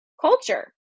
culture